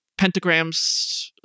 pentagrams